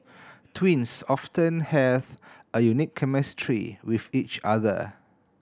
twins often have a unique chemistry with each other